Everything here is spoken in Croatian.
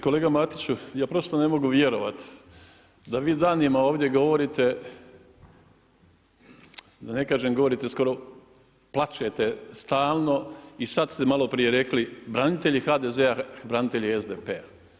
Kolega Matiću, ja prosto ne mogu vjerovati, da vi danima ovdje govorite da ne kažem govorite skoro plačete stalno i sad ste maloprije rekli, branitelji HDZ-a, branitelji SDP-a.